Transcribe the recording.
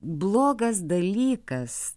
blogas dalykas